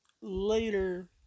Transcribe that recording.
later